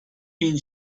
bin